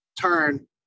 turn